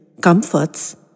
comforts